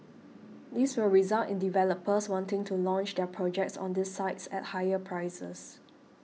this will result in developers wanting to launch their projects on these sites at higher prices